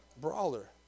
brawler